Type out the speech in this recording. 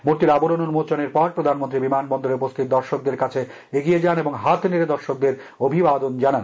মূর্তির আবরণ উন্মোচনের পর প্রধানমন্ত্রী বিমানবন্দরে উপস্হিত দর্শকদের কাছে এগিয়ে যান এবং হাত নেড়ে দর্শকদের অভিবাদন জানান